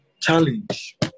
Challenge